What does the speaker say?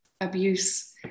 abuse